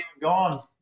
gone